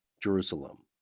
Jerusalem